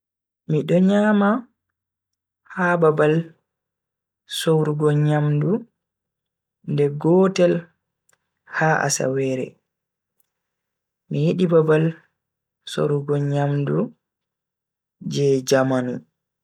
Mi do nyama ha babal sorugo nyamdu nde gotel ha asawere. Mi yidi babal sorugo nyamdu je jamanu.